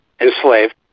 enslaved